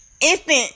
instant